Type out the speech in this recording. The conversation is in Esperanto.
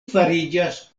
fariĝas